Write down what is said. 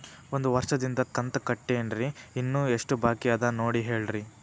ಒಂದು ವರ್ಷದಿಂದ ಕಂತ ಕಟ್ಟೇನ್ರಿ ಇನ್ನು ಎಷ್ಟ ಬಾಕಿ ಅದ ನೋಡಿ ಹೇಳ್ರಿ